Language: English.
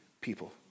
people